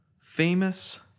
Famous